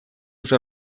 уже